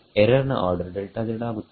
error ನ order ಆಗುತ್ತದೆ